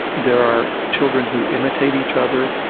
there are children who imitate each other,